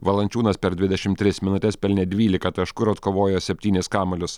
valančiūnas per dvidešimt tris minutes pelnė dvylika taškų ir atkovojo septynis kamuolius